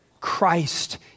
Christ